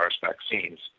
vaccines